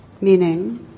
Meaning